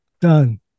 done